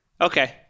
Okay